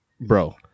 Bro